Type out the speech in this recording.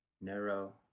narrow